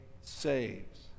saves